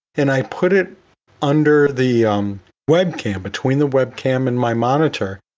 and i put it under the webcam between the webcam and my monitor.